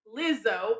Lizzo